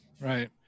Right